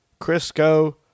Crisco-